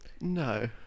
No